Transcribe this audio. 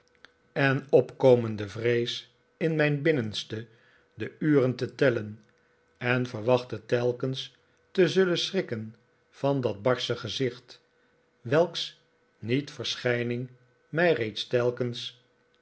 mijn tante opkomende vrees in mijn binnenste de uren te tellen en verwachtte telkens te zullen schrikken van dat barsche gezicht welks niet verschijning mij reeds telkens